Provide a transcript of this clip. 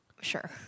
Sure